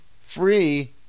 free